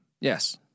Yes